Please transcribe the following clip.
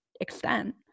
extent